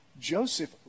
Joseph